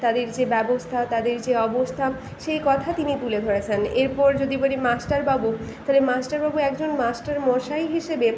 তাদের যে ব্যবস্থা তাদের যে অবস্থা সেই কথা তিনি তুলে ধরেছেন এরপর যদি বলি মাস্টারবাবু তাহলে মাস্টারবাবু একজন মাস্টারমশাই হিসেবে